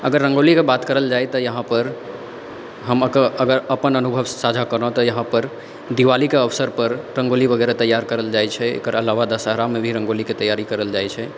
अगर रङ्गोलीके बात करल जाइ तऽ यहाँपर हम अगर अपन अनुभव साझा करऽ तऽ यहाँपर दिवालीके अवसरपर रङ्गोली वगैरह तैयार करल जाइ छै एकर अलावा दशहरामे भी रङ्गोलीके तैयारी करल जाइ छै